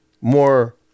more